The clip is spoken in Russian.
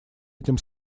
этим